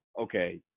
okay